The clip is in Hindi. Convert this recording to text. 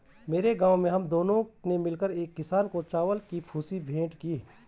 मेरे गांव में हम दोस्तों ने मिलकर एक किसान को चावल की भूसी भेंट की